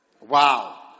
Wow